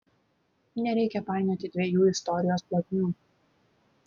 nereikia painioti dviejų istorijos plotmių